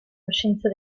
coscienza